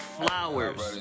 flowers